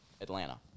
Atlanta